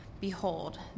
Behold